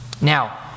Now